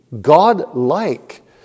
God-like